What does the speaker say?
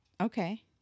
Okay